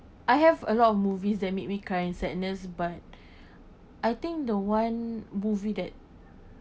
I have a lot of movies that made me cry sadness but I think the one movie that